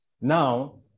Now